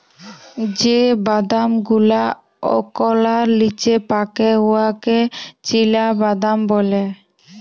যে বাদাম গুলা ওকলার লিচে পাকে উয়াকে চিলাবাদাম ব্যলে